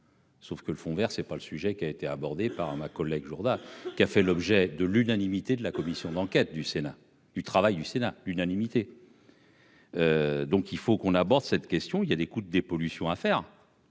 Sauf que le fond Vert, c'est pas le sujet qui a été abordé par ma collègue Jourda, qui a fait l'objet de l'unanimité de la commission d'enquête du Sénat du travail du Sénat unanimité donc il faut qu'on aborde cette question il y a des coups de dépollution à faire,